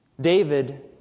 David